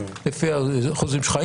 לפי האחוזים שלך,